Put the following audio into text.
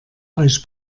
euch